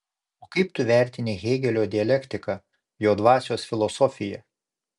o kaip tu vertini hėgelio dialektiką jo dvasios filosofiją